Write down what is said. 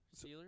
Steelers